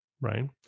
Right